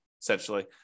essentially